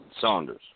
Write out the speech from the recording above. Saunders